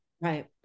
Right